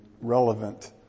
relevant